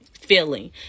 feeling